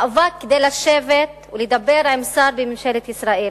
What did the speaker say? מאבק כדי לשבת ולדבר עם שר בממשלת ישראל.